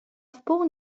wpół